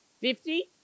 Fifty